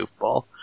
goofball